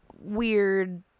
weird